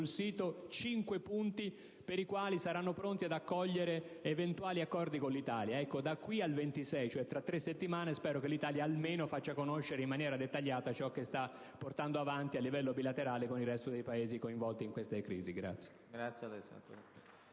sul sito cinque punti per i quali saranno pronti ad accogliere eventuali accordi con l'Italia. Da qui al 26, cioè tra tre settimane, spero che l'Italia almeno faccia conoscere in maniera dettagliata ciò che sta portando avanti a livello bilaterale con il resto dei Paesi coinvolti in questa crisi.